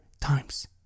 times